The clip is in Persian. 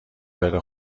بره